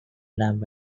lamp